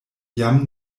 jam